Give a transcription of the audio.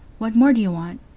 what more do you want?